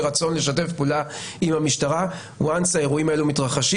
רצון לשתף פעולה עם המשטרה ברגע שהאירועים האלה מתרחשים.